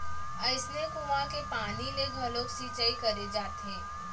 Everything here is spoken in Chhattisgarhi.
अइसने कुँआ के पानी ले घलोक सिंचई करे जाथे